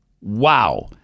wow